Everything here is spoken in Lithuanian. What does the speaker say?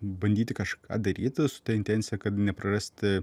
bandyti kažką daryti su ta intencija kad neprarasti